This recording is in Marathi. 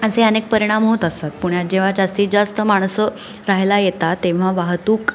असे अनेक परिणाम होत असतात पुण्यात जेव्हा जास्तीत जास्त माणसं राहायला येतात तेव्हा वाहतूक